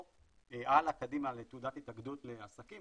או הלאה קדימה לתעודת התאגדות לעסקים.